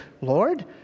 Lord